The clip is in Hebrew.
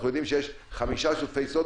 אנחנו יודעים שיש חמישה שותפי סוד,